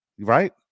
Right